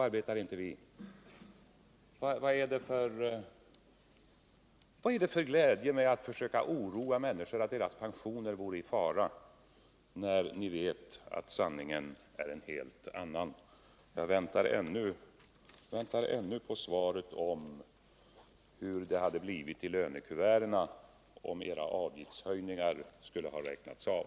Vad innebär det för glädje att oroa människor med att deras pensioner är i fara, när ni vet att sanningen är en helt annan? Jag väntar ännu på besked om hur det hade blivit i lönekuverten om era avgiftshöjningar räknats av.